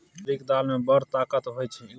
मसुरीक दालि मे बड़ ताकत होए छै